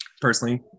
personally –